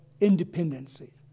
independency